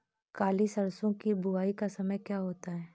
काली सरसो की बुवाई का समय क्या होता है?